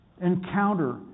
encounter